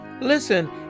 Listen